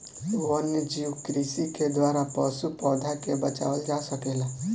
वन्यजीव कृषि के द्वारा पशु, पौधा के बचावल जा सकेला